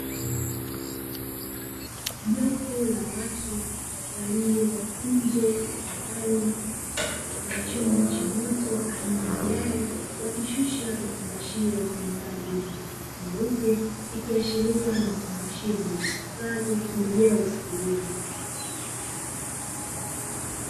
Jopo la watu walio nje shambani na chombo cha moto aina ya gari wakishusha vifungashio vyenye rangi nyeupe, ikiashiria ni vifungashio vilivyohifadhi pembejeo za kilimo.